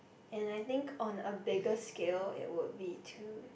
and I think on a biggest skill it would be to